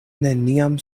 neniam